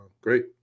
great